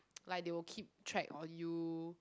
like they will keep track on you